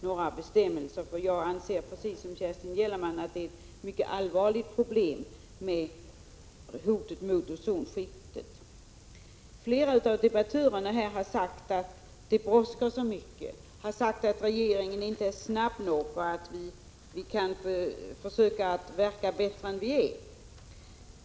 Precis som Kerstin Gellerman anser jag att hotet mot ozonskiktet är ett mycket allvarligt problem. Flera debattörer har sagt att det brådskar, att regeringen inte handlar tillräckligt snabbt och vi från vårt håll försöker verka bättre än vi är.